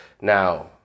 Now